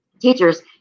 teachers